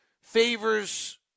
favors